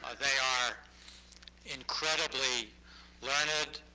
ah they are incredibly learned,